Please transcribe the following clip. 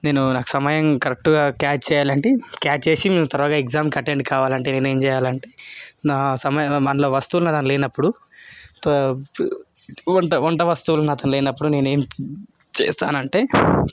నేను నాకు సమయం కరెక్ట్గా క్యాచ్ చేయాలంటే క్యాచ్ చేసి మేము త్వరగా ఎగ్జామ్కి అటెండ్ కావాలంటే నేను ఏం చేయాలంటే నా సమయం అండ్ల వస్తువులు అందులో లేనప్పుడు వంట వంట వస్తువులు నాతో లేనప్పుడు నేను ఏం చేస్తానంటే